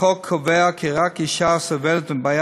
החוק קובע כי רק אישה הסובלת מבעיה